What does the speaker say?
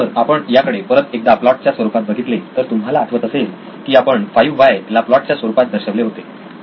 तर आपण जर याकडे परत एकदा प्लॉट च्या स्वरूपात बघितले तर तुम्हाला आठवत असेल की आपण 5 व्हाय ला प्लॉट च्या स्वरूपात दर्शविले होते